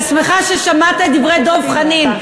ואני שמחה ששמעת את דברי דב חנין,